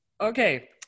Okay